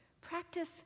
Practice